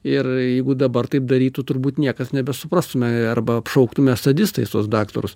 ir jeigu dabar taip darytų turbūt niekas nebesuprastume arba apšauktume sadistais tuos daktarus